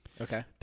Okay